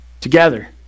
together